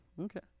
Okay